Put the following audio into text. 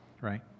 right